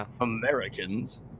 Americans